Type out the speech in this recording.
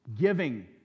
Giving